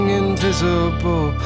invisible